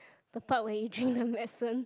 the part where you drink the medicine